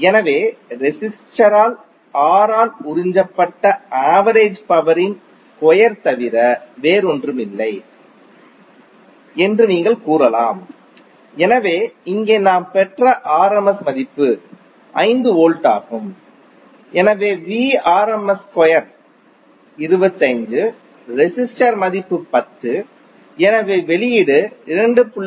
எனவே ரெசிஸ்டரால் R ஆல் உறிஞ்சப்பட்ட ஆவரேஜ் பவரின் ஸ்கொயர் தவிர வேறொன்றுமில்லை என்று நீங்கள் கூறலாம் எனவே இங்கே நாம் பெற்ற rms மதிப்பு 5 வோல்ட் ஆகும் எனவே Vrms ஸ்கொயர் 25 ரெசிஸ்டர் மதிப்பு 10 எனவே வெளியீடு 2